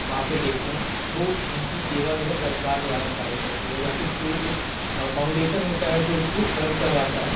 वहाँ पर देखते है वे उनकी सेवा जो है सरकार द्वारा कराई जाती है या फिर कोई एक फाउंडेशन होती है जो उसको रन करवाती है